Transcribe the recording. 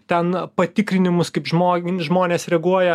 ten patikrinimus kaip žmong žmonės reaguoja